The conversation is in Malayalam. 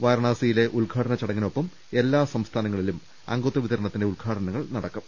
വാരണാസിയിലെ ഉദ്ഘാടന ചട ങ്ങിനൊപ്പം എല്ലാ സംസ്ഥാനങ്ങളിലും അംഗത്വ വിതരണത്തിന്റെ ഉദ്ഘാട നങ്ങൾ നടക്കും